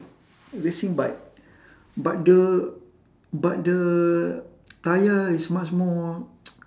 racing bike but the but the tyre is much more